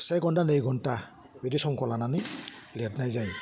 से घन्टा नै घन्टा बिदि समखौ लानानै लेरनाय जायो